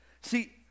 See